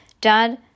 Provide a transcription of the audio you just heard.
Dad